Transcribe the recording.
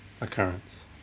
occurrence